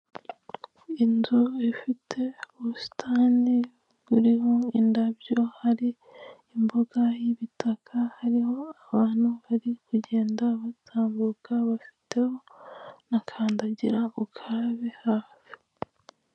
Inzu ifite ubusitani buriho indabyo, hari imbuga y'ibitaka, hariho abantu bari kugenda batambuka, bafite na kandagira ukarabe hafi.